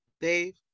Dave